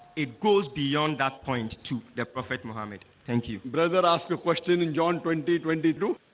it goes beyond that point to the prophet muhammad. thank you brother asked a question in john twenty twenty two,